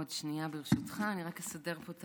עוד שנייה, ברשותך, אני רק אסדר פה את